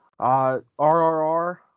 RRR